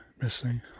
missing